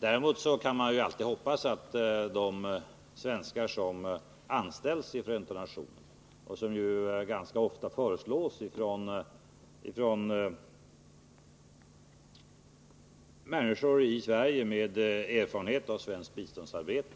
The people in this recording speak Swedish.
Däremot kan man alltid hoppas att de svenskar som anställs i Förenta nationerna, vilka personer ju ganska ofta har föreslagits av svenskar med erfarenhet av svenskt biståndsarbete,